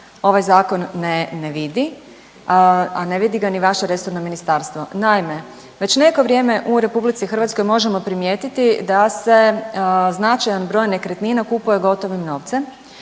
ovaj zakon ne vidi, a ne vidi ga ni vaše resorno ministarstvo. Naime, već neko vrijeme u RH možemo primijetiti da se značajan broj nekretnina kupuje gotovim novcem,